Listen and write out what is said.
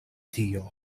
tio